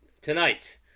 tonight